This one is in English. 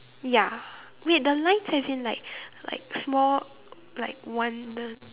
ya wait the lines as in like like small like one the